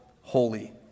holy